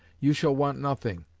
you shall want nothing,